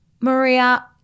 Maria